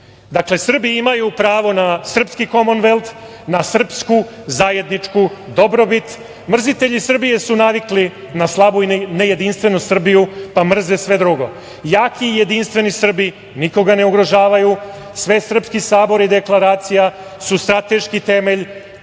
Dakle, Srbi imaju pravo na srpski Komonvelt, na srpsku, zajedničku dobrobit, mrzitelji Srbije su navikli na slabu i nejedinstvenu Srbiju, pa mrze sve drugo. Jaki i jedinstveni Srbi nikoga ne ugrožavaju, Svesrpski sabor i deklaracija su strateški temelj